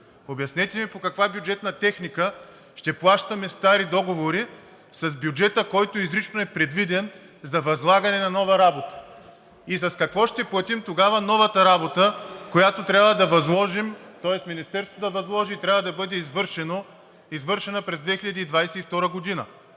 Обяснете ми по каква бюджетна техника ще плащаме стари договори с бюджета, който изрично е предвиден за възлагане на нова работа, и с какво ще платим тогава новата работа, която трябва да възложим, тоест Министерството да възложи, и трябва да бъде извършена през 2022 г.